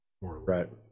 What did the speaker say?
Right